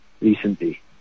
recently